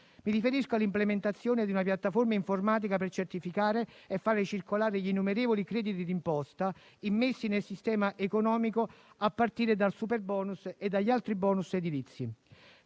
Mi riferisco all'implementazione di una piattaforma informatica per certificare e far circolare gli innumerevoli crediti d'imposta immessi nel sistema economico a partire dal superbonus e dagli altri *bonus* edilizi.